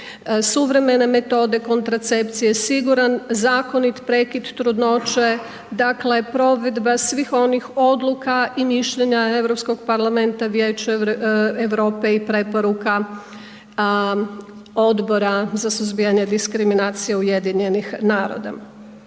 suvremene metode kontracepcije, siguran zakonit prekid trudnoće, dakle, provedba svih onih odluka i mišljenja EU parlamenta i Vijeća Europe i preporuka Odbora za suzbijanje diskriminacije UN-a.